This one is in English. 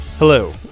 Hello